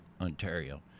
Ontario